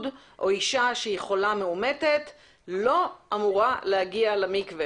או אישה שהיא חולה מאומתת לא אמורה להגיע למקווה,